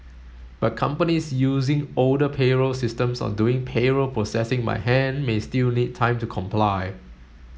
but companies using older payroll systems or doing payroll processing by hand may still need time to comply